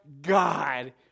God